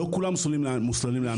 לא כולם מוסללים להנדסה.